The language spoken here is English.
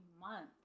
month